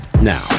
Now